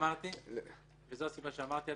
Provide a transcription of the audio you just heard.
זו הסיבה שאמרתי,